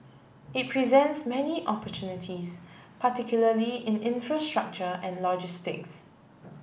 it presents many opportunities particularly in infrastructure and logistics